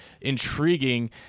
intriguing